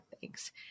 Thanks